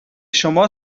شما